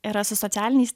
yra su socialiniais